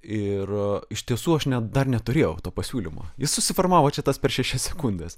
ir iš tiesų aš net dar neturėjau to pasiūlymo jis susiformavo čia tas per šešias sekundes